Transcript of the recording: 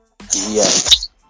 Yes